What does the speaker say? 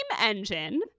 engine